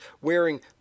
wearing